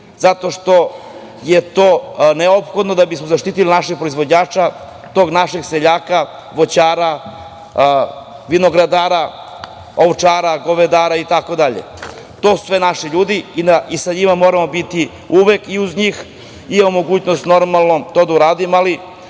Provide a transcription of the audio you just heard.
zato što je to neophodno da bismo zaštitili našeg proizvođača, tog našeg seljaka, voćara, vinogradara, ovčara i govedara. To su sve naši ljudi i moramo uvek biti uz njih. Imamo mogućnost to da uradimo,